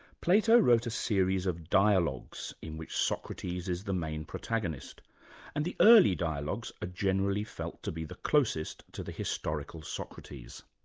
plato wrote a series of dialogues in which socrates is the main protagonist and the early dialogues are ah generally felt to be the closest to the historical socrates.